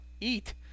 eat